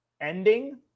ending